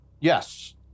Yes